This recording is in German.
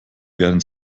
werden